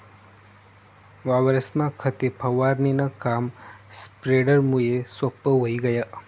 वावरेस्मा खते फवारणीनं काम स्प्रेडरमुये सोप्पं व्हयी गय